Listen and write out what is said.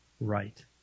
right